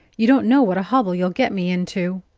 you don't know what a hobble you'll get me into.